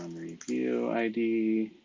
um review id.